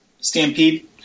Stampede